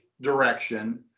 direction